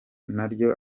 naryo